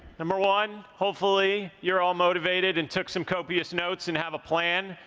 number one, hopefully you're all motivated and took some copious notes and have a plan.